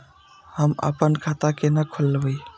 हम आपन खाता केना खोलेबे?